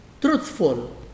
truthful